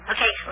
Okay